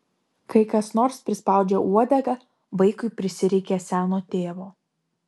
kai kas nors prispaudžia uodegą vaikui prisireikia seno tėvo